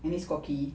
and he is cocky